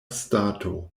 stato